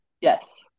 Yes